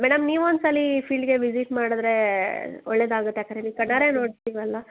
madam ನೀವು ಒಂದ್ಸಲ ಫೀಲ್ಡಿಗೆ ವಿಸಿಟ್ ಮಾಡಿದ್ರೇ ಒಳ್ಳೆದಾಗುತ್ತೆ ಯಾಕರೆ ನೀವು ಕಣ್ಣಾರೆ ನೋಡ್ತೀವಲ್ಲ